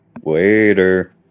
Waiter